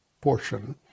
portion